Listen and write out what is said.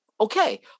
Okay